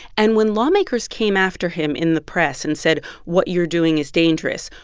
and when lawmakers came after him in the press and said, what you're doing is dangerous,